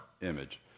image